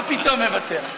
מה פתאום מוותר?